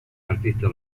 artista